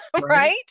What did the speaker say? Right